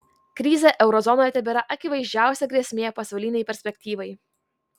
krizė euro zonoje tebėra akivaizdžiausia grėsmė pasaulinei perspektyvai